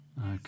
Okay